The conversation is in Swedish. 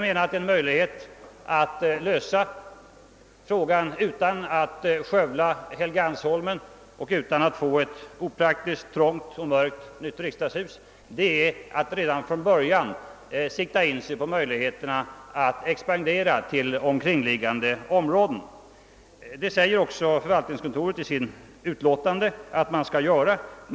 En möjlighet att lösa frågan utan att skövla Helgeandsholmen och utan att få ett opraktiskt, trångt och mörkt nytt riksdagshus är att redan från början sikta in sig på en expansion till omkringliggande områden. Förvaltningskontoret säger också i sitt uttalande att man skall göra detta.